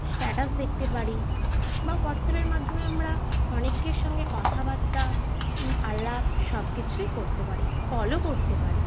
status দেখতে পারি বা হোয়াটসঅ্যাপের মাধ্যমে আমরা অনেকের সঙ্গে কথাবার্তা আলাপ সব কিছুই করতে পারি কলও করতে পারি